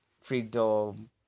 freedom